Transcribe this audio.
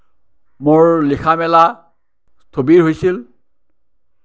মোৰ লিখা মেলা স্থবিৰ হৈছিল